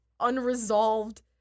unresolved